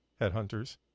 headhunters